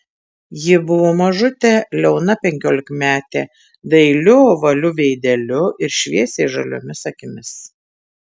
ji buvo mažutė liauna penkiolikmetė dailiu ovaliu veideliu ir šviesiai žaliomis akimis